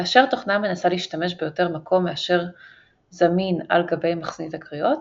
כאשר תוכנה מנסה להשתמש ביותר מקום מאשר זמין על גבי מחסנית הקריאות,